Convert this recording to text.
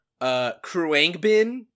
Kruangbin